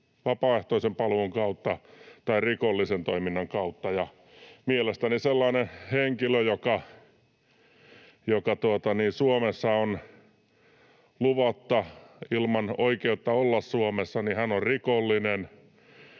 vapaaehtoisen paluun kautta tai rikollisen toiminnan kautta. Mielestäni sellainen henkilö, joka Suomessa on luvatta, ilman oikeutta olla Suomessa, on rikollinen